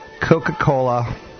Coca-Cola